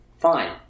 Fine